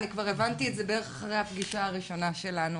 אני כבר הבנתי את זה בערך אחרי הפגישה הראשונה שלנו